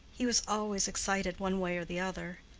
he was always excited one way or the other.